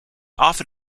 often